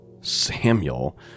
Samuel